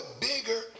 bigger